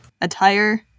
attire